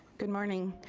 good morning,